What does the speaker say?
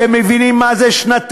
אתם מבינים מה זה שנתיים?